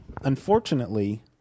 Unfortunately